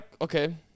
Okay